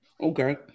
Okay